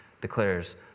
declares